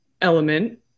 element